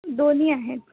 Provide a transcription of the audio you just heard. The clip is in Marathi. दोन्ही आहेत